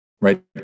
right